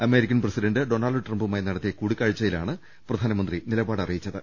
American president Donald ട്രംപുമായി നടത്തിയ കൂടി ക്കാഴ്ചയിലാണ് പ്രധാനമന്ത്രി നിലപാട് അറിയിച്ചത്